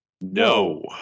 No